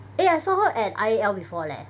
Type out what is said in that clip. eh I saw her at I_A_L before leh